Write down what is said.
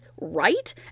right